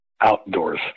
Outdoors